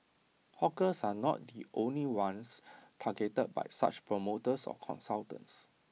hawkers are not the only ones targeted by such promoters or consultants